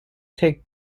take